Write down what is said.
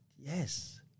yes